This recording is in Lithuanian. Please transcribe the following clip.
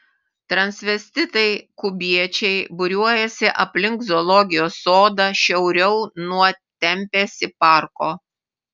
transvestitai kubiečiai būriuojasi aplink zoologijos sodą šiauriau nuo tempėsi parko